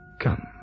Come